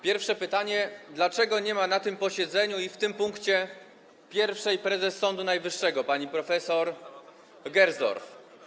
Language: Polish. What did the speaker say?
Pierwsze pytanie: Dlaczego nie ma na tym posiedzeniu, jeżeli chodzi o ten punkt, pierwszej prezes Sądu Najwyższego pani prof. Gersdorf?